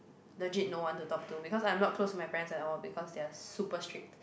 legit no one to talk to because I'm not close with my parents at all because they are super strict